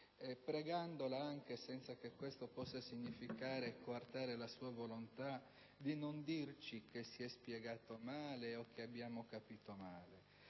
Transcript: pregandola anche, senza che questo possa significare coartare la sua volontà, di non dirci che si è spiegato male o che abbiamo capito male.